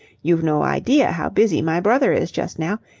you've no idea how busy my brother is just now.